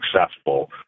successful